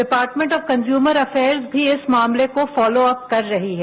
department of consumer affairs भी इस मामले को फॉलोअप कर रही है